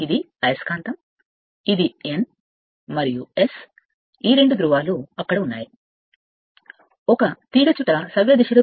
ఇది అయస్కాంతం ఇది N అయస్కాంతం N మరియు S ఈ రెండు ధ్రువాలు అక్కడ ఉన్నాయి మరియు ఒక తీగచుట్ట సవ్యదిశలో